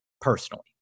personally